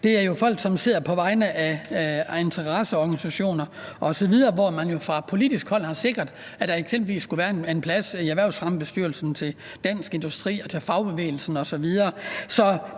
Det er jo folk, som sidder der på vegne af interesseorganisationer osv., hvor man jo fra politisk hold har sikret, at der skulle være pladser i Erhvervsfremmebestyrelsen til eksempelvis Dansk Industri, fagbevægelsen osv.